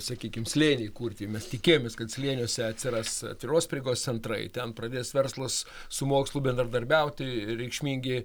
sakykim slėniai kurti mes tikėjomės kad slėniuose atsiras atviros prieigos centrai ten pradės verslas su mokslu bendradarbiauti reikšmingi